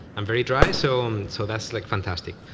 i'm very dry. so um so that's like fantastic.